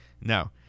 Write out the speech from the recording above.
No